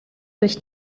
durch